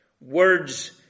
Words